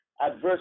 adverse